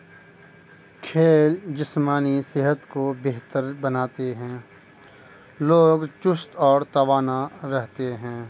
کھیل جسمانی صحت کو بہتر بناتے ہیں لوگ چست اور توانا رہتے ہیں